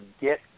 get